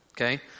Okay